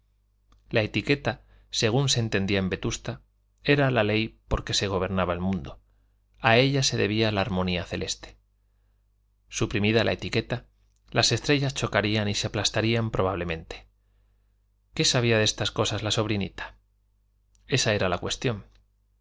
la etiqueta según se entendía en vetusta era la ley por que se gobernaba el mundo a ella se debía la armonía celeste suprimida la etiqueta las estrellas chocarían y se aplastarían probablemente qué sabía de estas cosas la sobrinita esta era la cuestión